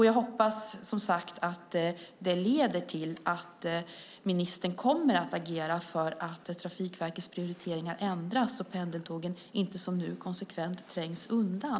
Jag hoppas att det leder till att ministern kommer att agera för att Trafikverkets prioriteringar ändras så att pendeltågen inte som nu konsekvent trängs undan.